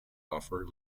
offer